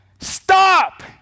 stop